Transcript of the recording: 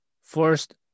first